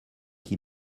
qui